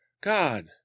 God